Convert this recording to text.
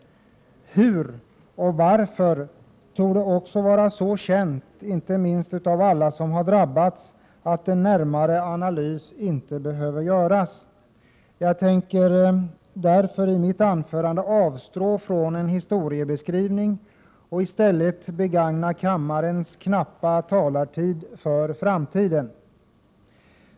Hur och varför torde också vara så känt, inte minst av alla som drabbats, att en närmare analys inte behöver göras. Jag tänker därför i mitt anförande avstå från historieskrivning och i stället ägna min knappa taletid i kammaren åt framtiden.